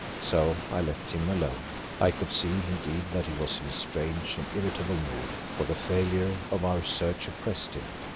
so i left him alone. i could see, indeed, that he was in a strange and irritable mood, for the failure of our search oppressed him.